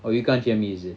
orh you can't hear me is it